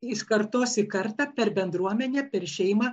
iš kartos į kartą per bendruomenę per šeimą